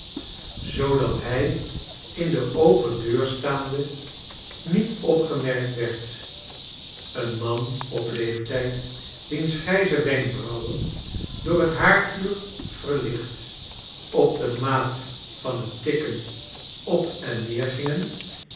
zoodat hij in de open deur staande niet opgemerkt werd een man op leeftijd wiens grijze wenkbrauwen door het haardvuur verlicht op de maat van het tikken op en neer gingen